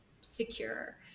secure